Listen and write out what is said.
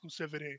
exclusivity